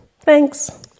thanks